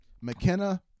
McKenna